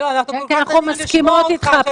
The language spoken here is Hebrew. מסכימות איתך.